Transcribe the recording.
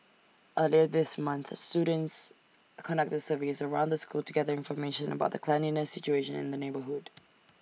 earlier this month these students conducted surveys around the school to gather information about the cleanliness situation in the neighbourhood